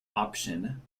option